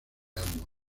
ambos